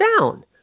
down